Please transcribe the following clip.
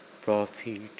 profit